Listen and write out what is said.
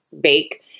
bake